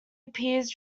appears